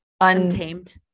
untamed